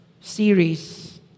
series